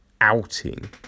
outing